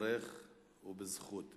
בתורך ובזכות.